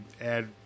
add